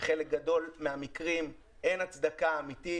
בחלק גדול מהמקרים אין הצדקה אמיתית,